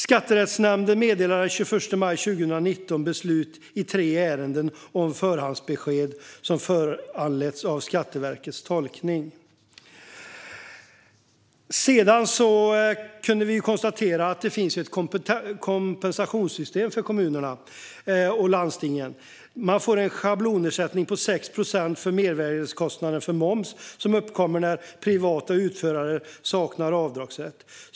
Skatterättsnämnden meddelade den 21 maj 2019 beslut i tre ärenden om förhandsbesked som föranletts av Skatteverkets tolkning. Sedan kan vi konstatera att det finns ett kompensationssystem för kommuner och landsting. Det är en schablonersättning på 6 procent för merkostnaden för moms som uppkommer när privata utförare saknar avdragsrätt.